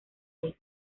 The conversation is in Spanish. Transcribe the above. life